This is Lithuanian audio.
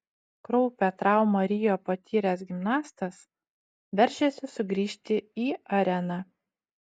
kraupią traumą rio patyręs gimnastas veržiasi sugrįžti į areną